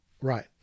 right